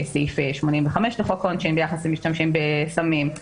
בסעיף 85 לחוק העונשין ביחס למשתמשים בסמים,